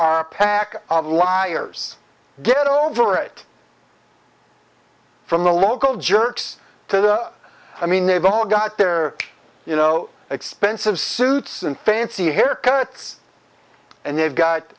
our pack of liars get over it from the local jerks to the i mean they've all got their you know expensive suits and fancy haircuts and they've got